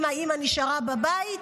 אם האימא נשארה בבית,